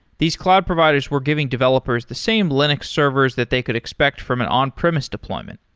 these cloud providers were giving developers the same linux servers that they could expect from an on-premise deployment.